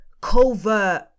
covert